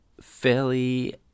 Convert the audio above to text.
fairly